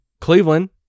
Cleveland